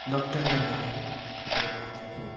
डक्टरले मलाई मेरो बोजूको